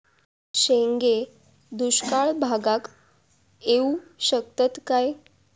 शेंगे दुष्काळ भागाक येऊ शकतत काय?